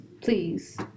Please